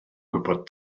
gwybod